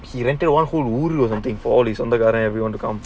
he rented one hulu or something for all is under gotta have you want to come